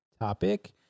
topic